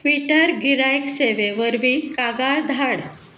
Twitter गिरायक सेवे वरवीं कागाळ धाड